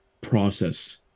process